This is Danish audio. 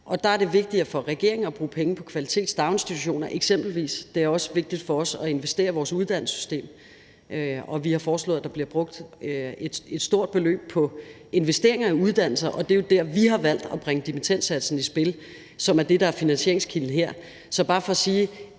Og der er det vigtigere for regeringen at bruge penge på kvalitet i daginstitutioner eksempelvis; det er også vigtigt for os at investere i vores uddannelsessystem. Vi har foreslået, at der bliver brugt et stort beløb på investeringer i uddannelser, og det er jo der, vi har valgt at bringe dimittendsatsen i spil, som er det, der er finansieringskilden her. Det er bare for at sige,